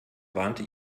warnte